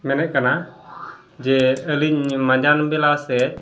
ᱢᱮᱱᱮᱫᱠᱟᱱᱟ ᱡᱮ ᱟᱹᱞᱤᱧ ᱢᱟᱸᱡᱟᱱᱵᱮᱞᱟ ᱥᱮᱫ